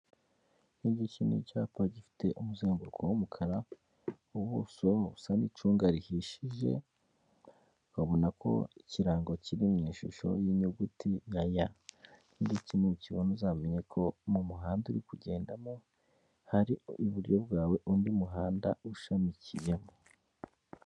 nk'igice ni icyapa gifite umuzenguruko w'umukara ubuso busa n'icunga rihishije babona ko ikirango kiri mu ishusho y'inyuguti nya ndetse n'kibona uzamenye ko mu muhanda uri kugendamo hari iburyo bwawe undi muhanda ushamikiyemo